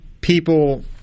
people